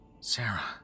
Sarah